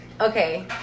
okay